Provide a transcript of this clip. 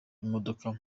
imodoka